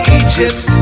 egypt